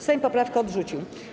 Sejm poprawkę odrzucił.